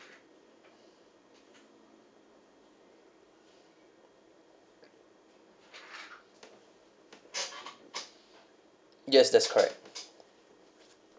yes that's correct